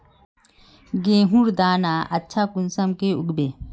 गेहूँर दाना अच्छा कुंसम के उगबे?